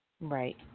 Right